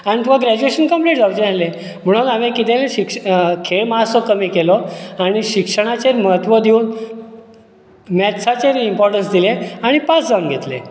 आनी तुका graduation complete जावंचे नासलें म्हणून हांवें कितें खेळ मातसो कमी केलो आनी शिक्षणाचेर म्हत्व दिवन मॅथ्साचेर इंपोर्टन्स दिलें आनी पास जावन घेतलें